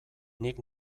nik